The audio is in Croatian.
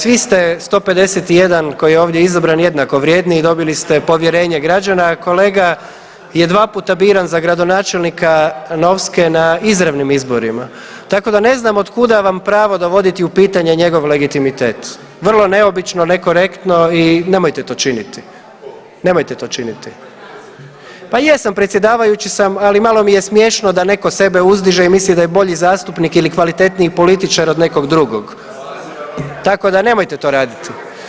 Svi ste, 151 koji je ovdje izabran jednako vrijedni i dobili ste povjerenje građana, a kolega je dva puta biran za gradonačelnika Novske na izravnim izborima, tako da ne znam od kuda vam pravo dovoditi u pitanje njegov legitimitet, vrlo neobično nekorektno i nemojte to činiti, nemojte to činiti. ... [[Upadica se ne čuje.]] Pa jesam, predsjedavajući sam, ali malo mi je smiješno da netko sebe uzdiže i misli da je bolji zastupnik ili kvalitetniji političar od nekog drugog, tako da nemojte to raditi.